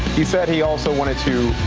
he said he also. wanted to.